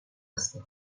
هستی